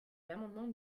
l’amendement